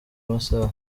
masaha